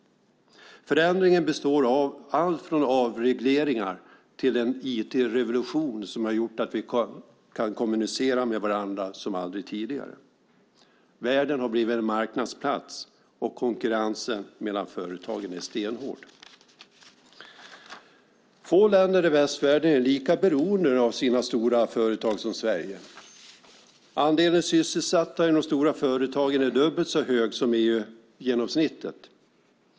Förändringen består av allt från avregleringar till en IT-revolution som har gjort att vi kan kommunicera med varandra som aldrig tidigare. Världen har blivit en marknadsplats, och konkurrensen mellan företagen är stenhård. Få länder i västvärlden är lika beroende av sina stora företag som Sverige. Andelen sysselsatta i de stora företagen är dubbelt så hög som EU-genomsnittet.